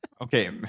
Okay